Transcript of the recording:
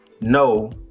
no